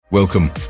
Welcome